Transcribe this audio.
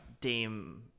Dame